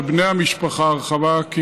לבני המשפחה הרחבה,